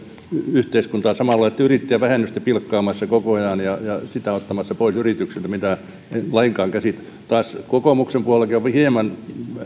yhteiskuntaan samalla olette yrittäjävähennystä pilkkaamassa koko ajan ja ja sitä ottamassa pois yrityksiltä mitä en lainkaan käsitä ja kokoomuksen puolellakin on